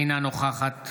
אינה נוכחת